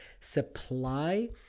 Supply